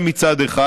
זה, מצד אחד.